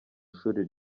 ishuri